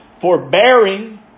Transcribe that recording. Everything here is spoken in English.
forbearing